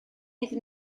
iddyn